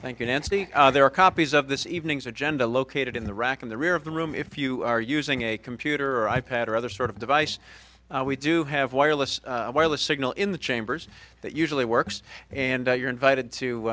thank you nancy there are copies of this evening's agenda located in the rack in the rear of the room if you are using a computer or i pad or other sort of device we do have wireless wireless signal in the chambers that usually works and you're invited to